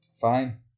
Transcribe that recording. Fine